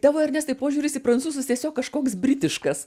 tavo ernestai požiūris į prancūzus tiesiog kažkoks britiškas